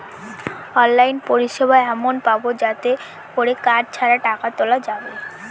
online পরিষেবা এমন পাবো যাতে করে কার্ড ছাড়া টাকা তোলা যাবে